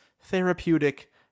therapeutic